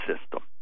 system